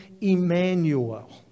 Emmanuel